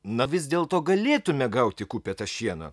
na vis dėlto galėtume gauti kupetą šieno